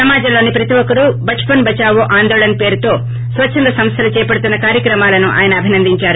సమాజంలోని ప్రతిఒక్కరూ బచ్పన్ బచావో ఆందోళన్ పేరుతో స్వచ్చందసంస్థలు చేపడుతున్న కార్యక్రమాలను ఆయన అభినందించారు